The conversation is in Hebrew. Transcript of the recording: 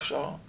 בוקר